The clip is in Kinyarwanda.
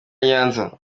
nyanza